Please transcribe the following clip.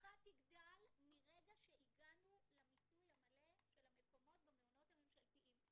המצוקה תגדל מרגע שהגענו למיצוי המלא של המקומות במעונות הממשלתיים.